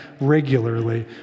regularly